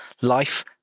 life